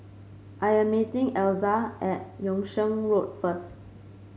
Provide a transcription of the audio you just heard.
I am meeting Elza at Yung Sheng Road first